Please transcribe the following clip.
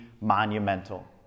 monumental